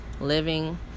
living